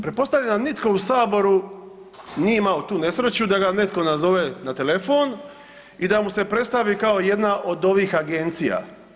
Pretpostavljam da nitko u Saboru nije imao tu nesreću da ga netko nazove na telefon i da mu se predstavi kao jedna od ovih agencija.